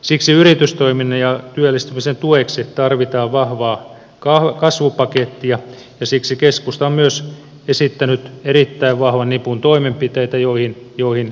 siksi yritystoiminnan ja työllistymisen tueksi tarvitaan vahvaa kasvupakettia ja siksi keskusta on myös esittänyt erittäin vahvan nipun toimenpiteitä joihin itse uskon